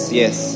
yes